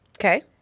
Okay